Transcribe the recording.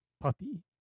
puppy